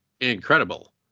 incredible